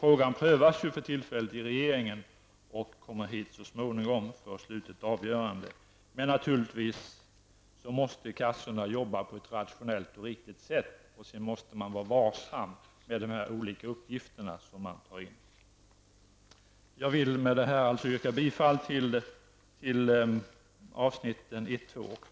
Frågan prövas för tillfället av regeringen och kommer hit så småningom för slutligt avgörande. Men naturligtvis måste kassorna arbeta på ett rationellt och riktigt sätt. Sedan måste man vara varsam med vilka uppgifter som tas in. Med detta yrkar jag bifall till utskottets hemställan avseende avsnitten I, II och V.